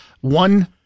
One